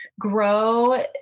grow